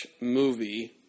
movie